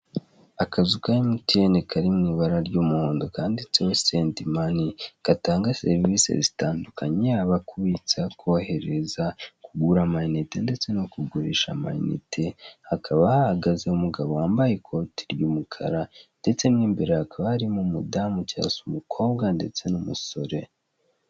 Akazu ka MTN kari mu ibara ry'umuhondo kanditseho send money, gatanga serivisi zitandukanye, yaba kubitsa, kohereza, kugura amiyinite ndetse no kugurisha amayinite, hakaba hahagaze umugabo wambaye ikoti ry'umukara ndetse mo imbere hakaba harimo umudamu cyangwa se umukobwa ndetse n'umusore.